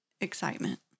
excitement